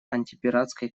антипиратской